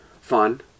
fun